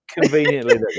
conveniently